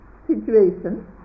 Situation